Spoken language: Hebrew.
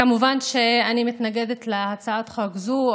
כמובן שאני מתנגדת להצעת חוק זו.